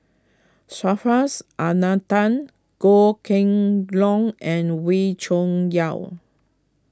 Subhas Anandan Goh Kheng Long and Wee Cho Yaw